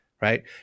right